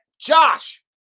Josh